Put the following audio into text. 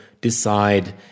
decide